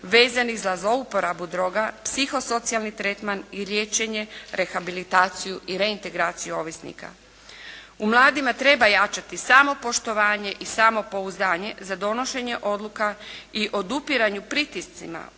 vezanih za zlouporabu droga. Psihosocijalni tretman i liječenje, rehabilitaciju i reintegraciju ovisnika. U mladima treba jačati samopoštovanje i samopouzdanje za donošenje odluka i odupiranju pritiscima